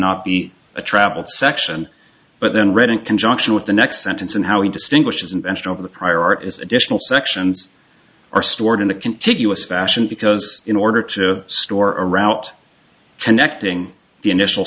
not be a travel section but then read in conjunction with the next sentence and how he distinguishes invention over the prior art is additional sections are stored in a contiguous fashion because in order to store a route and acting the initial